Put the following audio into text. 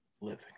living